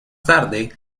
tarde